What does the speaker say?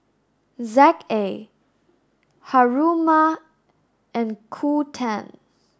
ZA Haruma and Qoo ten